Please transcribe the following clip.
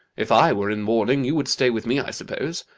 if i were in mourning you would stay with me, i suppose.